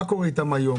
מה קורה איתם היום?